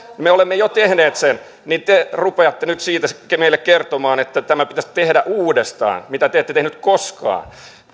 me olemme jo tehneet sen te rupeatte nyt siitä sitten meille kertomaan että tämä pitäisi tehdä uudestaan mitä te ette tehneet koskaan